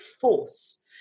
force